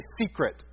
secret